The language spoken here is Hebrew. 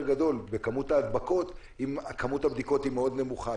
גדול בכמות ההדבקות אם היא מאוד נמוכה.